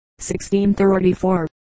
1634